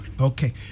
Okay